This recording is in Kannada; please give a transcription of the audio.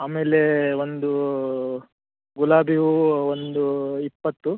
ಆಮೇಲೆ ಒಂದು ಗುಲಾಬಿ ಹೂವು ಒಂದು ಇಪ್ಪತ್ತು